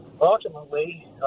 ultimately